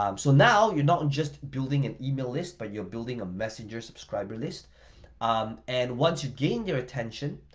um so now you're not just building an email list but you're building a messenger subscriber list um and once you gain their attention,